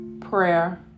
prayer